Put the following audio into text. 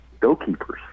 goalkeepers